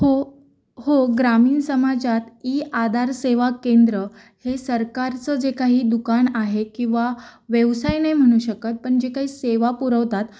हो हो ग्रामीण समाजात ई आधार सेवा केंद्र हे सरकारचं जे काही दुकान आहे किंवा व्यवसाय नाही म्हणू शकत पण जे काही सेवा पुरवतात